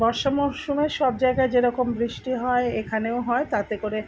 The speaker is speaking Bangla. বর্ষা মরশুমে সব জায়গায় যে রকম বৃষ্টি হয় এখানেও হয় তাতে করে